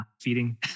feeding